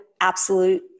absolute